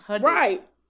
Right